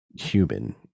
human